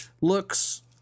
looks